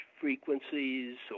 frequencies